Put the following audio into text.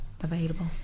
Available